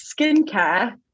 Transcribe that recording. skincare